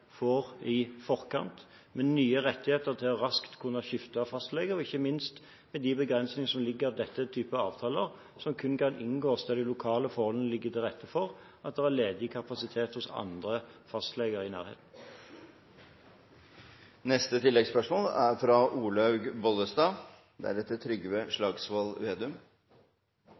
får i forkant, med nye rettigheter til raskt å kunne skifte fastlege, ikke minst med de begrensninger som ligger i det at dette er en type avtaler som kun kan inngås der de lokale forholdene ligger til rette for at det er ledig kapasitet hos andre fastleger i nærheten.